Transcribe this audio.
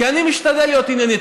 כי אני משתדל להיות ענייני.